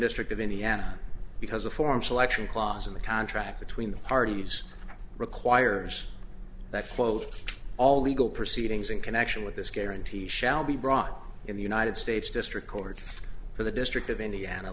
district of indiana because the form selection clause in the contract between the parties requires that quote all the eagle proceedings in connection with this guarantee shall be brought in the united states district court for the district of indiana